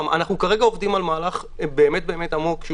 כרגע אנחנו עובדים על מהלך באמת עמוק.